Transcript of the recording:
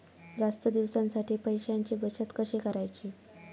जास्त दिवसांसाठी पैशांची बचत कशी करायची?